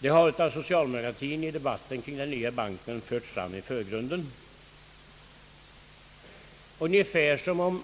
Det har av socialdemokratin i debatten kring den nya banken förts fram i förgrunden ungefär som om